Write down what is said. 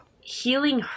Healing